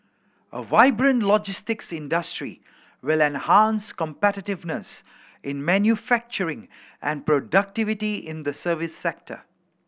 a vibrant logistics industry will enhance competitiveness in manufacturing and productivity in the service sector